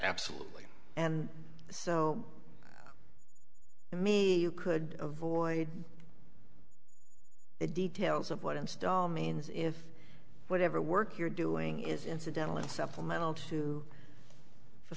absolutely and so to me you could avoid the details of what install means if whatever work you're doing is incidental and supplemental to f